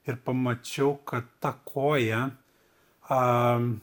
ir pamačiau kad tą koją a